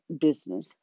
business